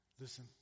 Listen